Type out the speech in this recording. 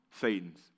Satan's